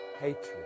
hatred